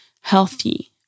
healthy